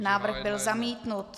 Návrh byl zamítnut.